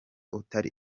utari